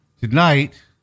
Tonight